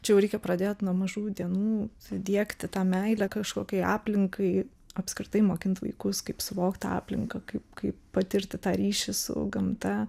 čia jau reikia pradėt nuo mažų dienų diegti tą meilę kažkokiai aplinkai apskritai mokint vaikus kaip suvokt aplinką kaip patirti tą ryšį su gamta